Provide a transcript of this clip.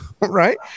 Right